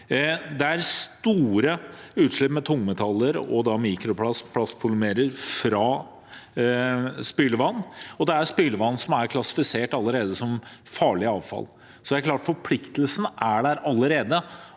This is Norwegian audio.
Det er store utslipp med tungmetaller og mikroplast, plastpolymerer, fra spylevann, og spylevann er allerede klassifisert som farlig avfall, så det er klart at forpliktelsen er der allerede